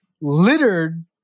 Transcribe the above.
littered